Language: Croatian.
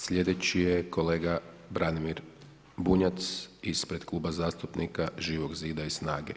Slijedeći je kolega Branimir Bunjac ispred Kluba zastupnika Živog zida i SNAGA-e.